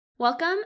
Welcome